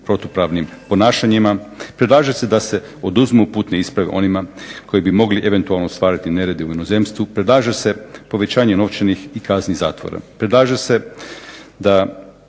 protupravnim ponašanjima, predlaže se da se oduzmu putne isprave onima koji bi mogli eventualno stvarati nerede u inozemstvu, predlaže se povećanje novčanih i kazni zatvora. Predlaže se da